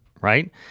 Right